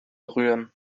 rühren